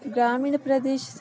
ಗ್ರಾಮೀಣ ಪ್ರದೇಶ